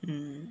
mm